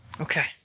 Okay